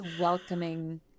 welcoming